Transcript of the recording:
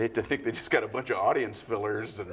to think they just got a bunch of audience fillers.